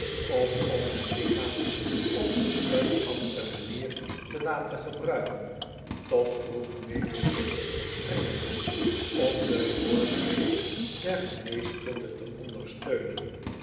of om zijn lichaam op een andere manier te laten gebruiken tot proefnemingen strekkende om de vorderingen der geneeskunde te ondersteunen